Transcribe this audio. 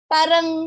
Parang